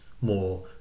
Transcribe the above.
more